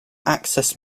access